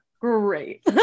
great